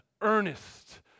earnest